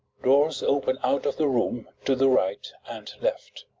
doors open out of the room to the right and left.